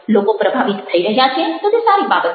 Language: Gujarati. લોકો પ્રભાવિત થઈ રહ્યા છે તો તે સારી બાબત છે